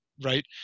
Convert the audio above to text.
Right